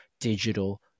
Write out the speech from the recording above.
digital